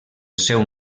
seu